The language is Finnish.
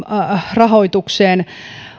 rahoitukseen